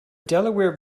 delaware